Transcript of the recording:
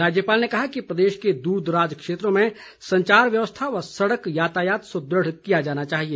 राज्यपाल ने कहा कि प्रदेश के दूरदराज क्षेत्रों में संचार व्यवस्था व सड़क यातायात सुदृढ़ किया जाना चाहिए